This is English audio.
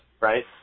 right